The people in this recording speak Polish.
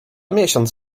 miesiąc